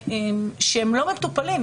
שהם לא מטופלים.